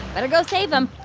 better go save him.